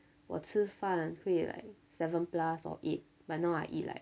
我吃饭会 like seven plus or eight but now I eat like